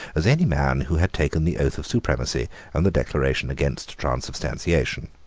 as any man who had taken the oath of supremacy and the declaration against transubstantiation.